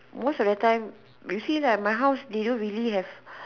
most of the time you see lah my house they don't really have